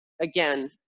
again